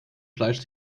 fleisch